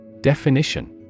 Definition